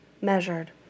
measured